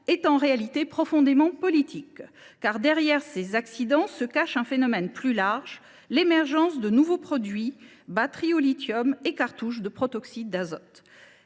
est en réalité profondément politique. En effet, derrière ces accidents se cache un phénomène plus large : l’émergence de nouveaux produits – batteries au lithium et cartouches de protoxyde d’azote